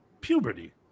puberty